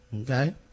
Okay